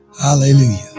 Hallelujah